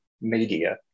media